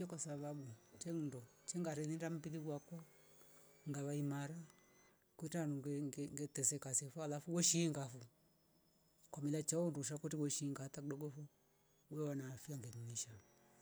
Ye kwasababu cheng ndo chenga rerila mbili wako ngawa imara kuta mndwe nge- ngeeteseka asilafu weshingavo kwamila chao ndusha kwete weshi ngata kidoko vo wewa na afya ngemnisha